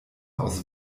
aus